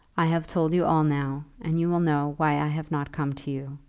i have told you all now, and you will know why i have not come to you.